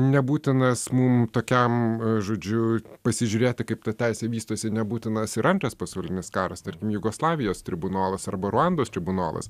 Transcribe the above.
nebūtinas mum tokiam žodžiu pasižiūrėti kaip ta teisė vystosi nebūtinas ir antras pasaulinis karas tarkim jugoslavijos tribunolas arba ruandos tribunolas